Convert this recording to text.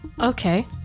Okay